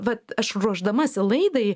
vat aš ruošdamasi laidai